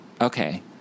Okay